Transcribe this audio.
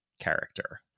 character